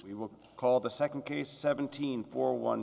we will call the second case seventeen for one